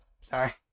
sorry